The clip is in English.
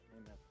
Amen